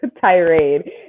tirade